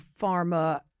Pharma